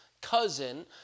cousin